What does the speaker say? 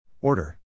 Order